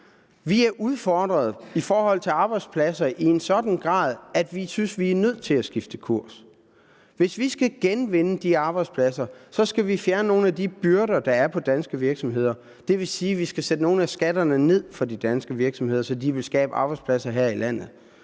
Vi er udfordret i forhold til arbejdspladser i en sådan grad, at vi synes, vi er nødt til at skifte kurs. Hvis vi skal genvinde de arbejdspladser, skal vi fjerne nogle af de byrder, der er på danske virksomheder, og det vil sige, at vi skal sætte nogle af skatterne ned for de danske virksomheder, så de vil skabe arbejdspladser her i landet.